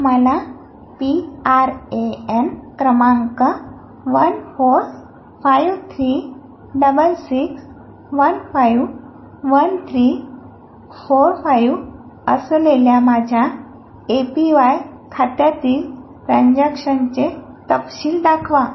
मला P R A N क्रमांक one four five three double six one five one three four five असलेल्या माझ्या A P Y खात्यातील ट्रॅन्ज्याक्शनचे तपशील दाखवा